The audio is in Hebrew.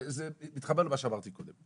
כן וזה מתחבר למה שאני אמרתי קודם.